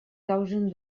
causen